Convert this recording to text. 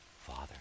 father